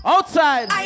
Outside